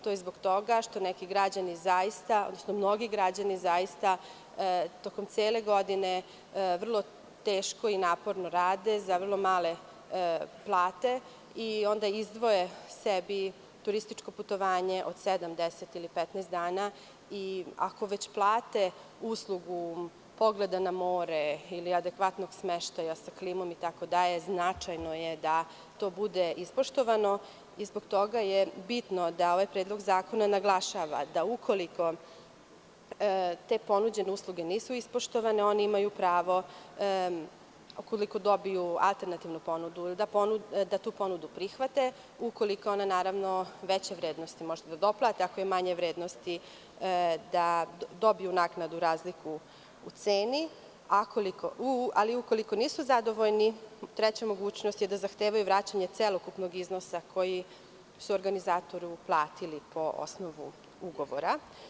To je zbog toga što neki građani zaista tokomcele godine vrlo teško i naporno rade za vrlo male plate i onda izdvoje sebi turističko putovanje od sedam, deset ili petnaest dana i ako već plate uslugu pogleda na more ili adekvatnog smeštaja sa klimom itd, značajno je da to bude ispoštovano izbog toga je bitno da ovaj predlog zakona naglašava da, ukoliko te ponuđene usluge nisu ispoštovane, oni imaju pravo, ukoliko dobiju alternativnu ponudu, da tu ponudu prihvate, ukoliko je ona veće vrednosti, možete da doplatite, ukoliko je manje vrednosti, da dobiju naknadno razliku u ceni, ali ukoliko nisu zadovoljni, treća mogućnost je da zahtevaju vraćanje celokupnog iznosa koji su organizatoru platili po osnovu ugovora.